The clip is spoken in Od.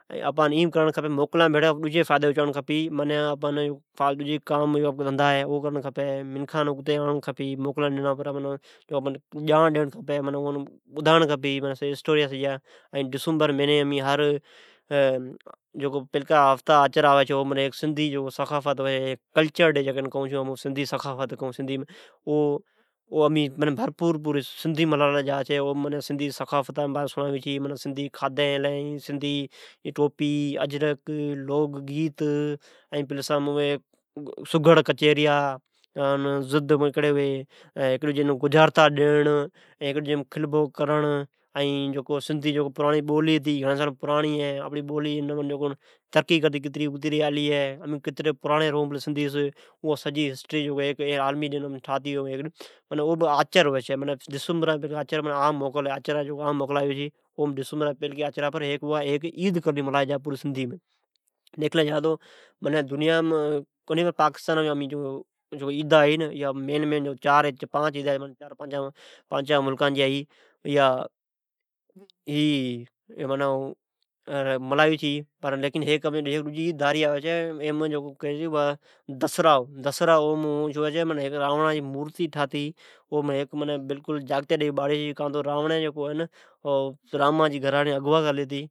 آپان ایئن کرن کھپے تو موکلا جی ڈنھن پر منکھان جانڑ ڈیئڑ کھپے۔ اوپچھے ڈسمبرا جی مھینی ھیک سندی کلچر دی آوی چھے او پورے بھرپور نمومی ملا لا جا چھے اوم لوگ گیت ،قومی کھادی ،قومی لباس، سگھڑ کچیری، گجراتا ڈیئڑ۔ سندی جی تاریخ ، این بولے کتری پراڑی ھین اوبہ ڈسمبر جا پلکا آچر جا ڈنھن ھوی چھے۔ جکو آچرجا عام موکلا ھوی چھی پوری سندی مین عید کرتی ملائی چھے ایا عیدا پوری دنیام این پاکستان م بہ ملائی چھے۔ او سپچھے ھیک دجی موکل ھے دسراہ جکو راونڑ جی مورتی ٹھاتی باڑی جاگتے دئی کان تو راونڑہ رام جی استری اگوا کرلی ھتی۔